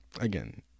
Again